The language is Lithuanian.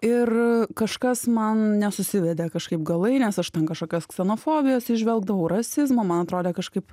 ir kažkas man nesusivedė kažkaip galai nes aš ten kažkokios ksenofobijos įžvelgdavau rasizmo man atrodė kažkaip